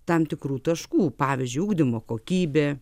tam tikrų taškų pavyzdžiui ugdymo kokybė